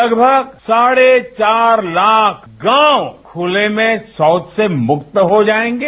लगभग साढे चार लाख गांव खुले में शौच से मुक्त हो जाएंगे